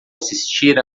assistir